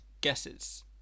guesses